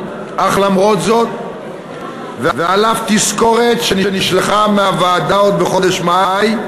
אך למרות זאת ועל אף תזכורת שנשלחה מהוועדה עוד בחודש מאי,